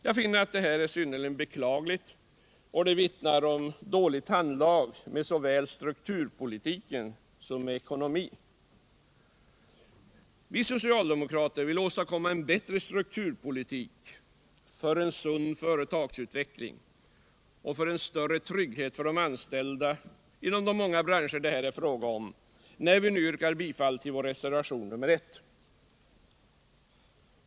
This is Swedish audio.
Jag finner detta synnerligen beklagligt och vittnande om dåligt handlag med såväl strukturpolitiken som ekonomin. Vi socialdemokrater vill åstadkomma en bättre strukturpolitik för en sund företagsutveckling och för en större trygghet för de anställda inom de många branscher det här är fråga om, när jag nu yrkar bifall till vår reservation nr 1.